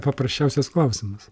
paprasčiausias klausimas